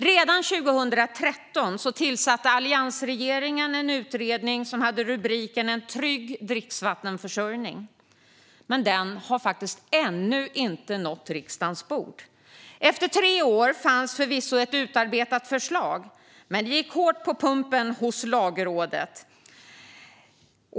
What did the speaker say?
Redan 2013 tillsatte alliansregeringen en utredning, Dricksvattenutredningen, som tre år senare lämnade sitt betänkande En trygg dricksvattenförsörjning som ännu inte nått riksdagens bord. Efter tre år fanns det alltså förvisso ett utarbetat förslag, men det gick hårt på pumpen hos Lagrådet.